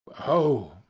oh,